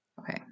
Okay